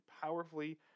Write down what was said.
powerfully